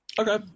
Okay